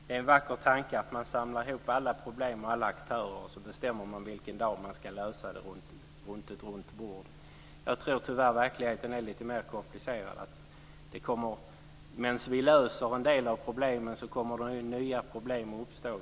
Fru talman! Det är en vacker tanke att man samlar ihop alla problem och alla aktörer, och så bestämmer man vilken dag man ska lösa problemen runt ett runt bord. Jag tror tyvärr att verkligheten är lite mer komplicerad. Medan vi löser en del av problemen kommer nya problem att uppstå.